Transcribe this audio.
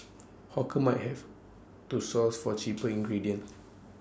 hawkers might have to source for cheaper ingredients